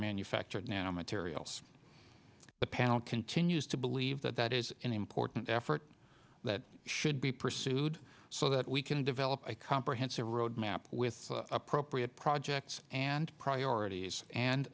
manufactured nanomaterials the panel continues to believe that that is an important effort that should be pursued so that we can develop a comprehensive road map with appropriate projects and priorities and